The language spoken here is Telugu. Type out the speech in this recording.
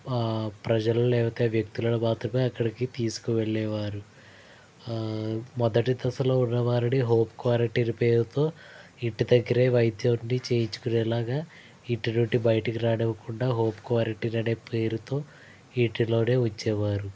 ప్రజలు లేదా వ్యక్తులను మాత్రమే అక్కడికి తీసుకువెళ్ళేవారు మొదటి దశలో ఉన్నవారిని హోం క్వారంటీన్ పేరుతో ఇంటి దగ్గరే వైద్యాన్ని చేయించుకునేలాగా ఇంటి నుండి బయటికి రానివ్వకుండా హోమ్ క్వారంటీన్ అనే పేరుతో ఇంటిలోనే ఉంచేవారు